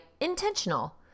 intentional